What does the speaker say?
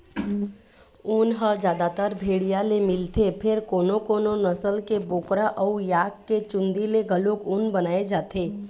ऊन ह जादातर भेड़िया ले मिलथे फेर कोनो कोनो नसल के बोकरा अउ याक के चूंदी ले घलोक ऊन बनाए जाथे